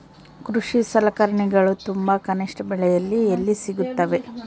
ಕೃಷಿ ಸಲಕರಣಿಗಳು ತುಂಬಾ ಕನಿಷ್ಠ ಬೆಲೆಯಲ್ಲಿ ಎಲ್ಲಿ ಸಿಗುತ್ತವೆ?